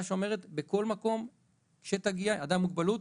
שאומרת שבכל מקום שיגיע אדם עם מוגבלות,